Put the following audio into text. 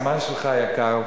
הזמן שלך יקר,